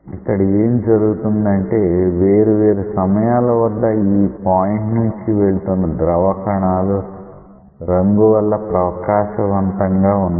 ఇక్కడ ఏమి జరుగుతుంది అంటే వేరు వేరు సమయాల వద్ద ఈ పాయింట్ నుండి వెళ్తున్న ద్రవ కణాలు రంగు వల్ల ప్రకాశవంతంగా ఉన్నాయి